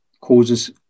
causes